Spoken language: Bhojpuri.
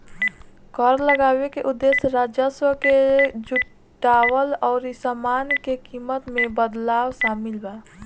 कर लगावे के उदेश्य राजस्व के जुटावल अउरी सामान के कीमत में बदलाव शामिल बा